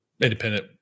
independent